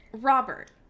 Robert